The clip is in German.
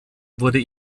wurde